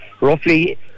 roughly